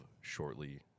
shortly